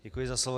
Děkuji za slovo.